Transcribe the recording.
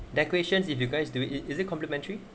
decorations if you guys do it is it complimentary